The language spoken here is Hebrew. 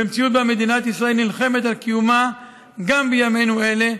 במציאות שבה מדינת ישראל נלחמת על קיומה גם בימינו אלה,